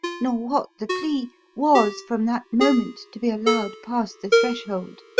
nor what the plea, was, from that moment, to be allowed past the threshold.